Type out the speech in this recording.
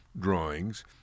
drawings